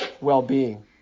well-being